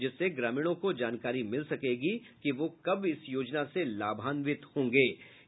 जिससे ग्रामीणों को जानकारी मिल सके कि वह कब इस योजना से लाभान्वित होंगे सकेंगे